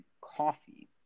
coffee